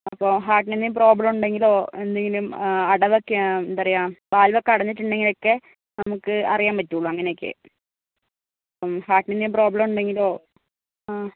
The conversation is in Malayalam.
അപ്പോൾ ഹാർട്ടിനു എന്തെങ്കിലും പ്രോബ്ളം ഉണ്ടെങ്കിലോ എന്തെങ്കിലും അടവ് ഒക്കെ എന്താ പറയുക വാൽവൊക്കേ അടഞ്ഞയിട്ടുണ്ടെങ്കിലൊക്കെ നമ്മൾക്ക് അറിയാൻ പറ്റുകയുള്ളൂ അങ്ങനെയൊക്കെ മ് ഹാർട്ടിനു പ്രോബ്ളം ഉണ്ടെങ്കിലോ ആ